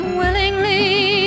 willingly